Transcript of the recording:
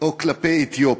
או כלפי אתיופי.